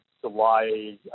July